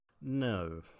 No